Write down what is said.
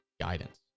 guidance